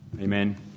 Amen